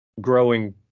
growing